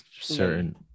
certain